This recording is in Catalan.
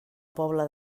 poble